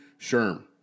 Sherm